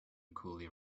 cooley